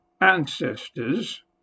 ancestors